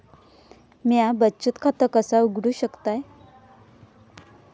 म्या बचत खाता कसा उघडू शकतय?